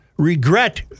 Regret